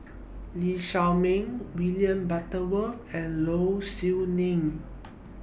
Lee Shao Meng William Butterworth and Low Siew Nghee